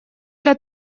для